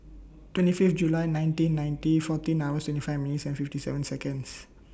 twenty Fifth July nineteen ninety fourteen hours twenty five minutes and fifty seven Seconds